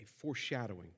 foreshadowing